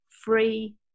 free